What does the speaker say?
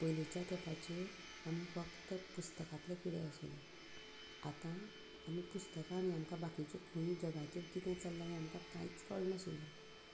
पयलींच्या तेंपाचेर आमी फक्त पुस्तकांतले किडे आशिल्ले आतां आमी पुस्तकां न्हय आमकां बाकीच्यो खूब जगाचेर कितें चललां हें आमकां कांयच कळनाशिल्लें